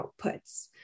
outputs